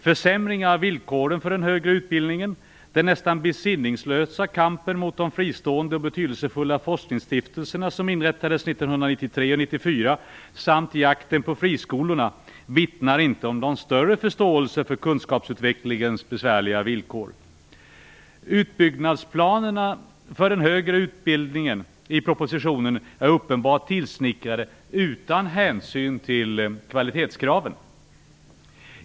Försämring av villkoren för den högre utbildningen, den nästan besinningslösa kampen mot de fristående betydelsefulla forskningsstiftelser som inrättades 1993 och 1994 samt jakten på friskolorna vittnar inte om någon större förståelse för kunskapsutvecklingens besvärliga villkor. Utbyggnadsplanerna för den högre utbildningen i propositionen är uppenbart tillsnickrade utan hänsyn till kvalitetskraven.